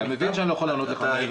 אתה מבין שאני לא יכול לענות לך.